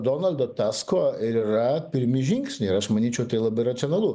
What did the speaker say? donaldo tasko ir yra pirmi žingsniai ir aš manyčiau tai labai racionalu